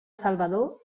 salvador